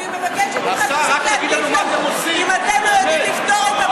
אני מבקשת ממך, תפסיק להטיף